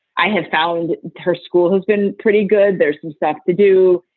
i have found her school has been pretty good. there's some sex to do.